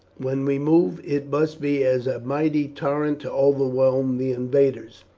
when we move it must be as a mighty torrent to overwhelm the invaders.